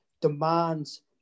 demands